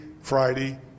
Friday